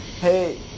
hey